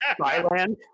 Thailand